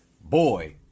Boy